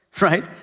right